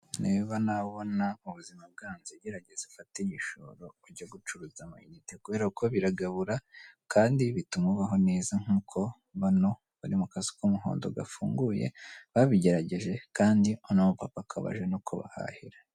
Niba nawe ubona ubuzima bwanze gerageza ufate igishoro uge gucuruza amayinite kubera ko biragabura kandi bituma ubaho neza nk'uko bantu bari mu kazu k'umuhondo gafunguye babigerageje kandi uno akaba aje no kubahahira.